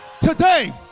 Today